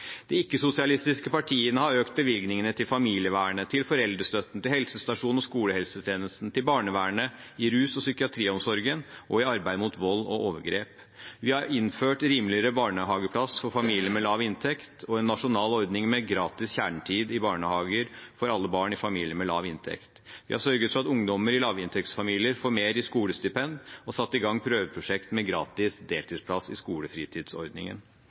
De ikke-sosialistiske partiene har økt bevilgningene til familievernet, til foreldrestøtten, til helsestasjonene og skolehelsetjenesten, til barnevernet, til rus- og psykiatriomsorgen og til arbeidet mot vold og overgrep. Vi har innført rimeligere barnehageplass for familier med lav inntekt og en nasjonal ordning med gratis kjernetid i barnehager for alle barn i familier med lav inntekt. Vi har sørget for at ungdommer i lavinntektsfamilier får mer i skolestipend og satt i gang prøveprosjekt med gratis deltidsplass i skolefritidsordningen.